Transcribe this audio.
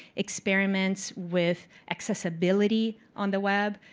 experiments with accessibility on the web.